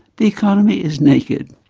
the economy is naked'.